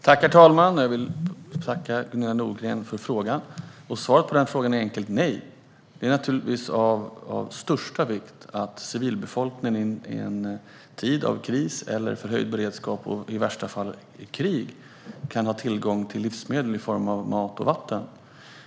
Herr talman! Jag vill tacka Gunilla Nordgren för frågan. Svaret är enkelt: nej. Det är naturligtvis av största vikt att civilbefolkningen vid en kris, vid förhöjd beredskap eller - i värsta fall - vid krig kan ha tillgång till livsmedel i form av mat och vatten.